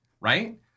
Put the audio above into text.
right